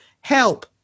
help